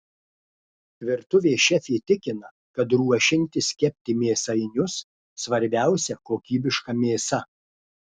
virtuvės šefė tikina kad ruošiantis kepti mėsainius svarbiausia kokybiška mėsa